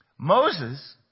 Moses